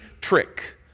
trick